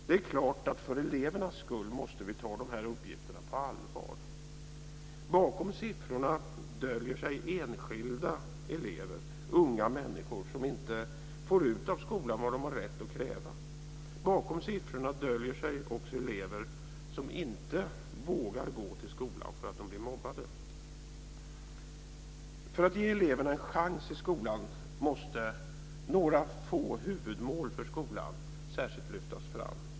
Det är klart att vi för elevernas skull måste ta de här uppgifterna på allvar. Bakom siffrorna döljer sig enskilda elever, unga människor som inte får ut av skolan vad de har rätt att kräva. Bakom siffrorna döljer sig också elever som inte vågar gå till skolan för att de blir mobbade. För att ge eleverna en chans i skolan måste några få huvudmål för skolan särskilt lyftas fram.